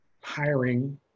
hiring